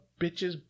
bitches